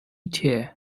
tie